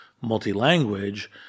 multi-language